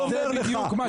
זה בדיוק מה